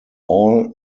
all